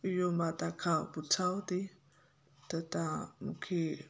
इहो मां तव्हां खां पुछांव थी त तव्हां मूंखे